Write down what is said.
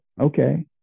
okay